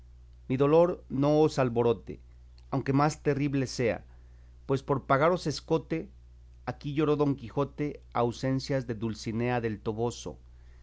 mi dolor no os alborote aunque más terrible sea pues por pagaros escote aquí lloró don quijote ausencias de dulcinea del toboso